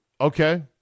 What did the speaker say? Okay